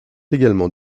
également